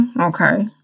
okay